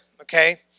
okay